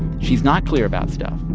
she's not clear about stuff.